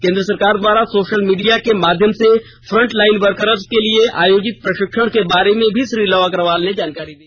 केंद्र सरकार द्वारा सोषल मीडिया के माध्यम से फंट लाईन वर्करर्स के लिए आयोजित प्रषिक्षण के बारे में श्री लव अग्रवाल ने जानकारी दी